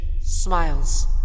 smiles